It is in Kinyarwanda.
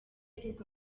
iheruka